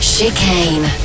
Chicane